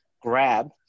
Grab